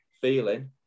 feeling